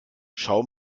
schau